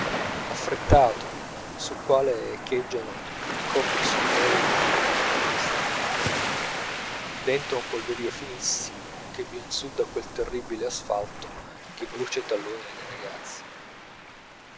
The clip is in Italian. affrettato sul quale echeggiano i colpi sonori delle bottiglie stappate dentro un polverìo finissimo che vien su da quel terribile asfalto che brucia i talloni alle ragazze